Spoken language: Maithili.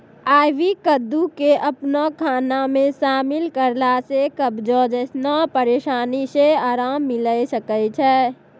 आइ.वी कद्दू के अपनो खाना मे शामिल करला से कब्जो जैसनो परेशानी से अराम मिलै सकै छै